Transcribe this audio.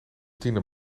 tiende